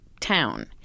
town